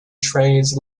trays